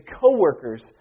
co-workers